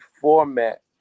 format